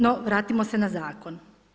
No vratimo se na zakon.